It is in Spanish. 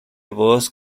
vos